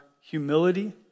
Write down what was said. humility